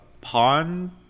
pawn